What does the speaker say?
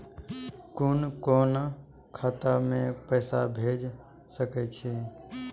कुन कोण खाता में पैसा भेज सके छी?